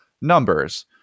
numbers